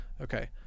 okay